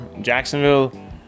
Jacksonville